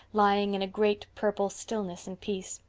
lying in a great purple stillness and peace.